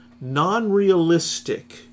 non-realistic